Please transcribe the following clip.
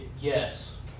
Yes